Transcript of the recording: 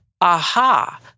aha